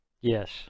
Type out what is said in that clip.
Yes